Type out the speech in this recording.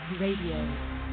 Radio